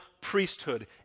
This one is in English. priesthood